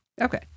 Okay